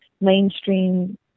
mainstream